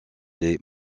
les